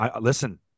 Listen